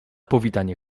powitanie